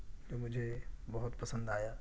وہ مجھے بہت پسند آیا